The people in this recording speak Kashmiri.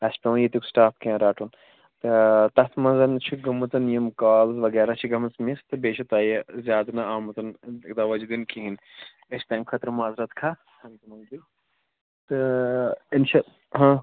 اسہِ چھُ پیٚوان ییٚتیٛک سِٹاف کیٚنٛہہ رَٹُن ٲں تتھ منٛز چھِ گوٚمُت یِم کالٕز وغیرہ چھِ گٔمٕژ مِس تہٕ بیٚیہِ چھِ تۄہہِ زیادٕ نہٕ آمُت توجوہ دِنہٕ کِہیٖنۍ أسۍ چھِ تَمہِ خٲطرٕ معذرت خواہ تہٕ اِنشا ہاں